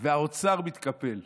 והאוצר מתקפל.